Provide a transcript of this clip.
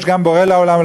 יש גם בורא לעולם.